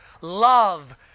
love